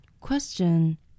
Question